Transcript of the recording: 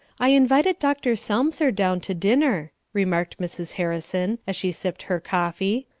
i invited dr. selmser down to dinner, remarked mrs. harrison, as she sipped her coffee.